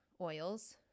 oils